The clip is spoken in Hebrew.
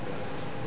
בעד, 5,